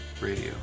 radio